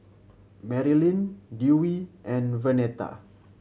Merilyn Dewey and Vernetta